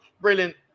Brilliant